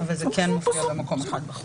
זה כן מופיע במקום אחד בחוק.